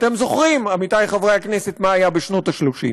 אתם זוכרים, עמיתי חברי הכנסת, מה היה בשנות ה-30?